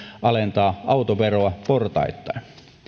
alentaa autoveroa portaittain